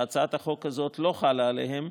שהצעת החוק הזאת לא חלה עליהן,